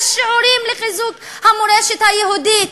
יש שיעורים לחיזוק המורשת היהודית,